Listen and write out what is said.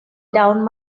down